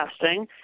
testing